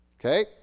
Okay